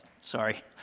Sorry